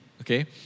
okay